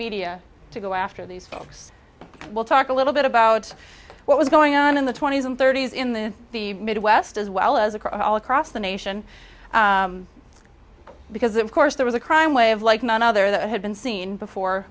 media to go after these folks will talk a little bit about what was going on in the twenty's and thirty's in the midwest as well as across all across the nation because of course there was a crime wave like none other that had been seen before